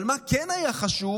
אבל מה כן היה חשוב?